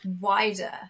wider